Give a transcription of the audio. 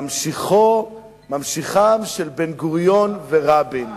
ממשיכם של בן-גוריון ורבין.